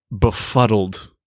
befuddled